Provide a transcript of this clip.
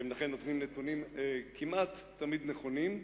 ולכן הם נותנים נתונים כמעט תמיד נכונים.